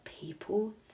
people